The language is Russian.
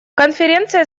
конференции